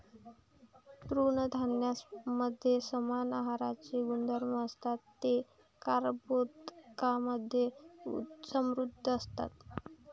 तृणधान्यांमध्ये समान आहाराचे गुणधर्म असतात, ते कर्बोदकांमधे समृद्ध असतात